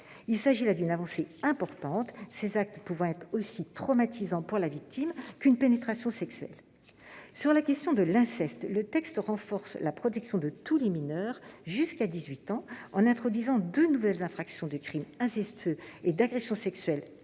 Il s'agit d'une avancée importante, ces actes pouvant être tout aussi traumatisants pour la victime qu'une pénétration sexuelle. Sur la question de l'inceste, le texte renforce la protection de tous les mineurs jusqu'à 18 ans en introduisant deux nouvelles infractions de crime incestueux et d'agression sexuelle